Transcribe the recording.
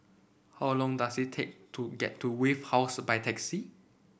how long does it take to get to Wave House by taxi